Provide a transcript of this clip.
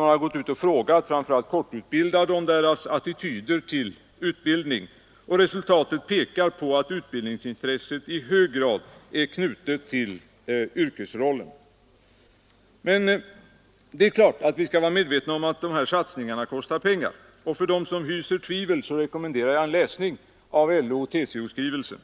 Man har gått ut och frågat framför allt kortutbildade bl.a. om deras attityder till utbildning. Resultaten pekar på att utbildningsintresset i hög grad är knutet till yrkesrollen. Vi måste dock vara medvetna om att satsningar av detta slag kostar pengar. För dem som hyser tvivel rekommenderar jag en läsning av LO-TCO-skrivelsen.